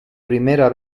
primero